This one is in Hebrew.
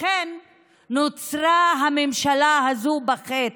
לכן נוצרה הממשלה הזו בחטא.